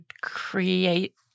create